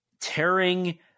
tearing